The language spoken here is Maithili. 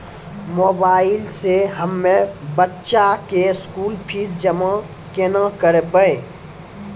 मोबाइल से हम्मय बच्चा के स्कूल फीस जमा केना करबै?